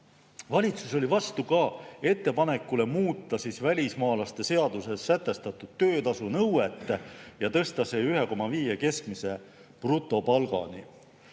Valitsus oli vastu ka ettepanekule muuta välismaalaste seaduses sätestatud töötasunõuet ja tõsta see 1,5 keskmise brutopalgani.